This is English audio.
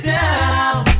down